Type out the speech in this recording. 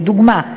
לדוגמה,